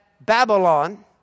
Babylon